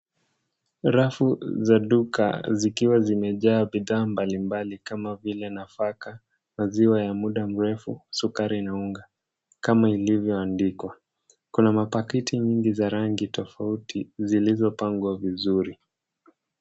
Rafu za duka zikiwa zimejaa bidhaa mbali mbali , kama vile, nafaka, maziwa ya muda mrefu, sukari, na unga, kama ilivyoandikwa. Kuna mapakiti nyingi za rangi tafauti, zilizopangwa vizuri.